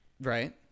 Right